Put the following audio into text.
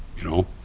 you know?